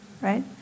right